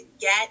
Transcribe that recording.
get